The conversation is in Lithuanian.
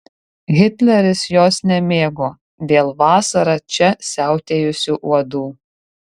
hitleris jos nemėgo dėl vasarą čia siautėjusių uodų